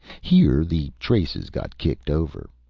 here, the traces got kicked over.